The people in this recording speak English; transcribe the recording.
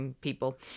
people